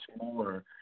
more